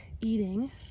eating